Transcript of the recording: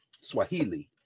Swahili